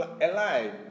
alive